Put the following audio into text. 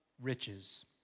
riches